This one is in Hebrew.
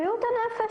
בריאות הנפש.